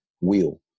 wheel